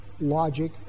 logic